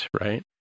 right